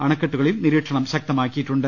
അണക്കെട്ടുകളിൽ നിരീക്ഷണം ശക്തമാക്കിയിട്ടുണ്ട്